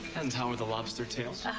and how were the lobster tails?